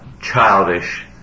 childish